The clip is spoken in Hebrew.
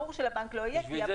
ברור שלבנק לא יהיה.